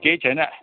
केही छैन